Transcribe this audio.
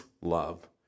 love